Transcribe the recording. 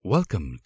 Welcome